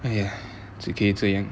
哎呀只可以这样